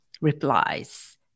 replies